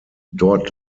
dort